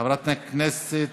חברת הכנסת